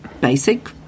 basic